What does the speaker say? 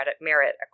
merit